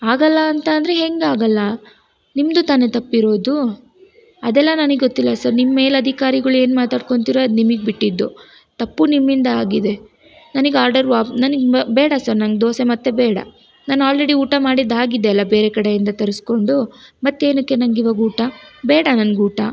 ಆಗೋಲ್ಲ ಅಂತ ಅಂದರೆ ಹೆಂಗೆ ಆಗೋಲ್ಲ ನಿಮ್ಮದು ತಾನೇ ತಪ್ಪು ಇರೋದು ಅದೆಲ್ಲ ನನಗೆ ಗೊತ್ತಿಲ್ಲ ಸರ್ ನಿಮ್ಮ ಮೇಲಧಿಕಾರಿಗಳು ಏನು ಮಾತಾಡ್ಕೊಳ್ತೀರೋ ಅದು ನಿಮಗೆ ಬಿಟ್ಟಿದ್ದು ತಪ್ಪು ನಿಮ್ಮಿಂದ ಆಗಿದೆ ನನಗೆ ಆರ್ಡರ್ ವಾ ನನಗೆ ಬೇಡ ಸರ್ ನಂಗೆ ದೋಸೆ ಮತ್ತೆ ಬೇಡ ನಾನು ಆಲ್ರೆಡಿ ಊಟ ಮಾಡಿದ್ದಾಗಿದೆ ಅಲ್ವ ಬೇರೆ ಕಡೆಯಿಂದ ತರಿಸಿಕೊಂಡು ಮತ್ತೆ ಏನಕ್ಕೆ ನಂಗೆ ಇವಾಗ ಊಟ ಬೇಡ ನನ್ಗೆ ಊಟ